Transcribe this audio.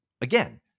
Again